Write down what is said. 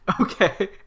okay